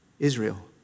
Israel